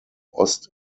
ost